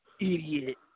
idiot